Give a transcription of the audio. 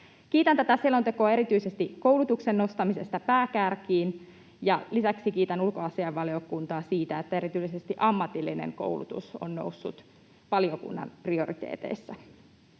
Kiitän tätä selontekoa erityisesti koulutuksen nostamisesta pääkärkiin, ja lisäksi kiitän ulkoasiainvaliokuntaa siitä, että erityisesti ammatillinen koulutus on noussut valiokunnan prioriteeteissa.